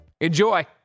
Enjoy